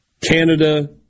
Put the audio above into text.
Canada